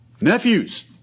Nephews